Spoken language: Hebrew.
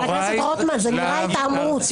חבר הכנסת רוטמן, זה נראה התעמרות.